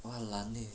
wah lan eh